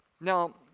Now